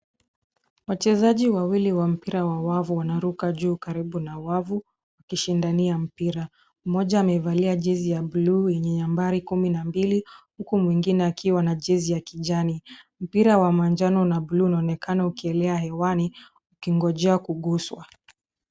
Wachezaji wawili wa mpira wa wavu wanaruka juu karibu na wavu; wakishindania mpira. Mmoja amevalia jezi ya buluu yenye nambari 22 huku mwingine akiwa na jezi ya kijani. Mpira wa manjano na buluu unaonekana ukielea hewani ukingojea kuguswa.